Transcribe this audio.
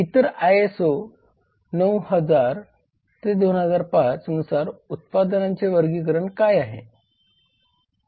तर आयएसओ 9000 2005 नुसार उत्पादनांचे वर्गीकरण काय आहे